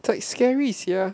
it's like scary sia